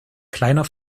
kleiner